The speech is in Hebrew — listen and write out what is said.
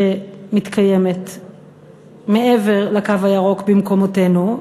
שמתקיימת מעבר לקו הירוק במקומותינו,